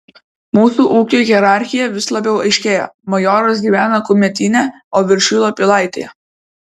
mūsų ūkio hierarchija vis labiau aiškėja majoras gyvena kumetyne o viršila pilaitėje